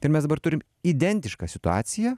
tai mes dabar turim identišką situaciją